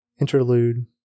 Interlude